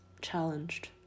challenged